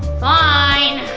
fine.